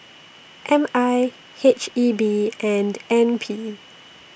M I H E B and N P